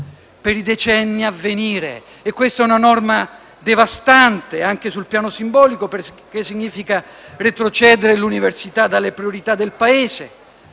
per i decenni a venire! Questa è una norma devastante anche sul piano simbolico, perché significa retrocedere l'università dalle priorità del Paese.